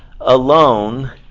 alone